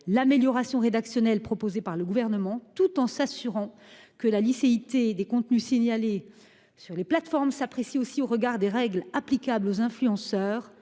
l'amélioration rédactionnelle proposée par le Gouvernement, tout en s'assurant que la licéité des contenus signalés sur les plateformes s'apprécie aussi au regard des règles applicables aux influenceurs,